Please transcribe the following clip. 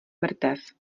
mrtev